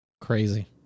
crazy